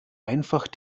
einfach